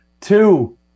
Two